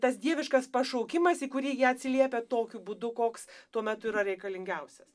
tas dieviškas pašaukimas į kurį jie atsiliepia tokiu būdu koks tuo metu yra reikalingiausias